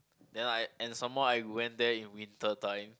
then I and some more I went there in winter time